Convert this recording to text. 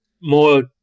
more